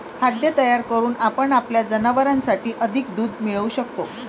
खाद्य तयार करून आपण आपल्या जनावरांसाठी अधिक दूध मिळवू शकतो